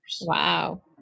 Wow